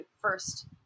first